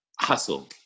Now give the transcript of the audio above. hustle